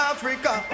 Africa